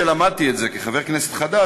שלמדתי את זה כחבר כנסת חדש,